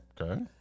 Okay